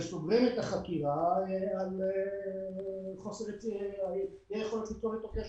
וסוגרים את החקירה בלי יכולת ליצור איתם קשר.